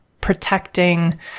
protecting